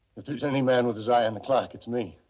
if there's any man with his eye on the clock, it's me.